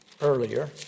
earlier